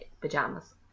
pajamas